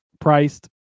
priced